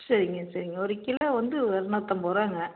சரிங்க சரிங்க ஒரு கிலோ வந்து இரநூத்தம்பது ரூபாங்க